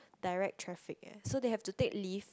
direct traffic leh so they have to take leave